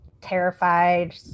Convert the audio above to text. terrified